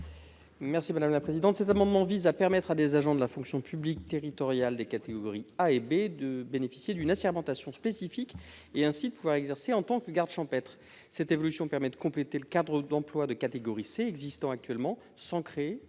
M. Jérôme Durain. Cet amendement vise à permettre à des agents de la fonction publique territoriale des catégories A et B de bénéficier d'une assermentation spécifique et de pouvoir ainsi exercer en tant que gardes champêtres. Une telle évolution permet de compléter le cadre d'emploi de catégorie C existant actuellement sans en créer